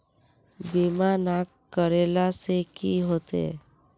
बीमा ना करेला से की होते?